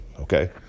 Okay